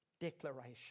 declaration